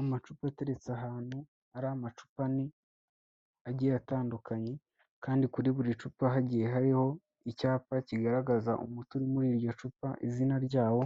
Amacupa ateretse ahantu ari amacupa ane agiye atandukanye, kandi kuri buri cupa hagiye hariho icyapa kigaragaza umuti uri muri iryo cupa izina ryawo